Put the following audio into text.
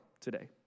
today